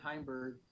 Heimberg